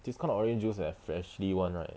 this kind of orange juice have freshly [one] right